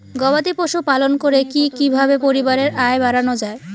গবাদি পশু পালন করে কি কিভাবে পরিবারের আয় বাড়ানো যায়?